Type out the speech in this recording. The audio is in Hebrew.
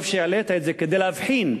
טוב שהעלית את זה כדי להבחין: